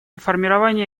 формирования